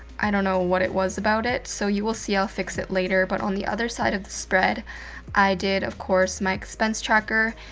i don't know what it was about it so, you will i'll fix it later. but on the other side of the spread i did, of course, my expense tracker.